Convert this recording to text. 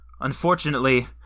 unfortunately